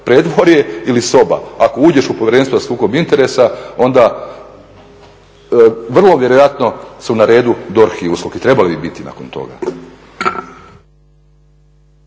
Predvorje ili soba, ako uđeš u Povjerenstvo za sukob interesa onda vrlo vjerojatno su na redu DORH i USKOK i trebali bi biti nakon toga.